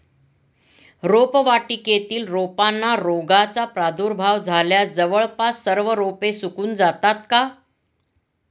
रोपवाटिकेतील रोपांना रोगाचा प्रादुर्भाव झाल्यास जवळपास सर्व रोपे सुकून जातात का?